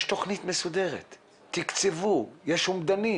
יש תכנית מסודרת, תקצבו, יש אומדנים.